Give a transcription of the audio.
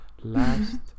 Last